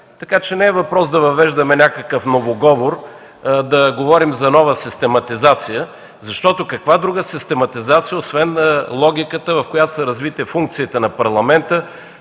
България. Не е въпрос да въвеждаме някакъв ново говор, да говорим за нова систематизация. Каква друга систематизация, освен логиката, в която са развити функциите на Парламента